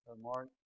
Mark